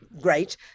great